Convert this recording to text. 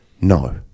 No